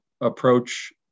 approach